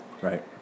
Right